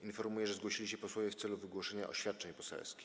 Informuję, że zgłosili się posłowie w celu wygłoszenia oświadczeń poselskich.